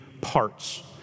parts